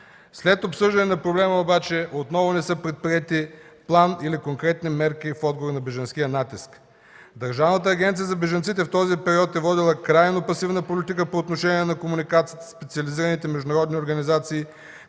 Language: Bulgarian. След обсъждане на проблема обаче отново не са предприети план или конкретни мерки в отговор на бежанския натиск. Държавната агенция за бежанците в този период е водила крайно пасивна политика по отношение на комуникацията със специализираните международни организации